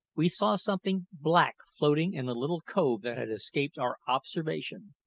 we saw something black floating in a little cove that had escaped our observation.